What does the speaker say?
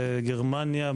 גרמניה,